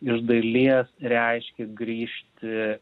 iš dalies reiškia grįžti